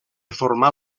formar